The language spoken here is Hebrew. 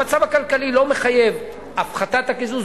המצב הכלכלי לא מחייב הפחתת הקיזוז.